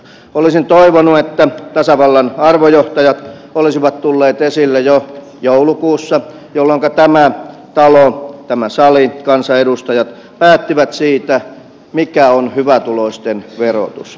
olisin toivonut että tasavallan arvojohtajat olisivat tulleet esille jo joulukuussa jolloinka tämä talo tämä sali kansanedustajat päättivät siitä mikä on hyvätuloisten verotus